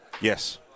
Yes